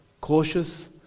cautious